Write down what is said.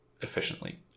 efficiently